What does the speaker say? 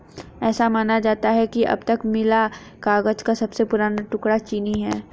ऐसा माना जाता है कि अब तक मिला कागज का सबसे पुराना टुकड़ा चीनी है